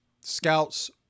Scouts